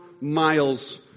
miles